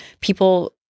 People